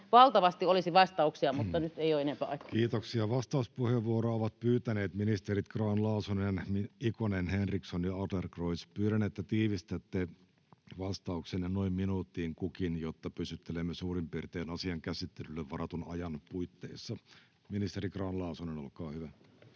tasa-arvosta ja syrjimättömyydestä Time: 13:26 Content: Kiitoksia. — Vastauspuheenvuoroja ovat pyytäneet ministerit Grahn-Laasonen, Ikonen, Henriksson ja Adlercreutz. Pyydän, että tiivistätte vastauksenne noin minuuttiin kukin, jotta pysyttelemme suurin piirtein asian käsittelylle varatun ajan puitteissa. — Ministeri Grahn-Laasonen, olkaa hyvä.